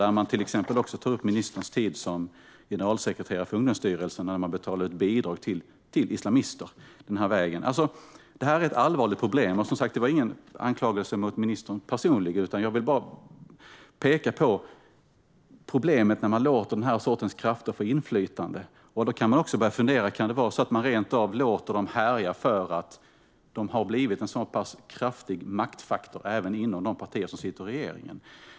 Han tar till exempel upp ministerns tid som generalsekreterare för Ungdomsstyrelsen, när man betalade ut bidrag till islamister. Detta är ett allvarligt problem. Det handlar som sagt inte om någon anklagelse mot ministern personligen, utan jag vill peka på problemet när man låter den här sortens krafter få inflytande. Man kan också fundera på om det rent av kan vara så att man låter dem härja för att de har blivit en så pass kraftig maktfaktor även inom de partier som sitter i regeringen.